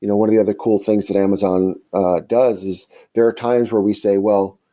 you know one of the other cool things that amazon does is there are times where we say, well,